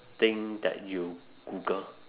thing that you google